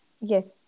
yes